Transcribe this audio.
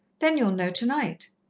then you'll know tonight.